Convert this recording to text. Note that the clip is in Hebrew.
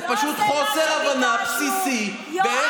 זה פשוט חוסר הבנה בסיסי, לא זה מה שדיברנו.